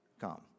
come